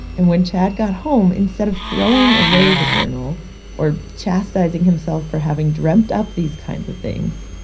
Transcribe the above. and when chad got home, instead of throwing away the journal or chastising himself for having dreamt up these kinds of things,